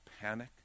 panic